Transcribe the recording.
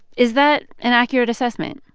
is that an accurate assessment?